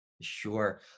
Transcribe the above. Sure